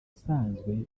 usanzwe